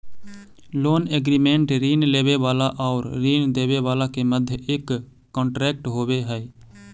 loan agreement ऋण लेवे वाला आउर ऋण देवे वाला के मध्य एक कॉन्ट्रैक्ट होवे हई